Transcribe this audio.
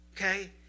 Okay